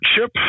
Chip